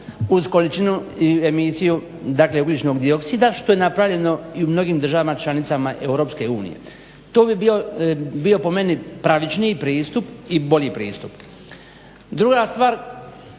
uz količinu i emisiju dakle ugljičnog dioksida što je napravljeno i u mnogim državama članicama Europske unije. To bi bio po meni pravičniji pristup i bolji pristup. Druga stvar,